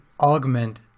augment